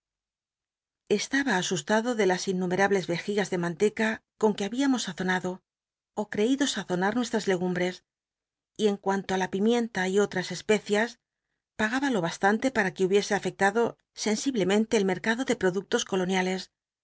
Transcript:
estaba asustado de las innumctablcs vejigas de manteca con que habíamo sazonudo ó creído sazonar nuestras legumbres y en cuanto r la pimienta otias especias pagaba lo bastante pam que hubiese afectado sensiblemente el mercado de productos coloniales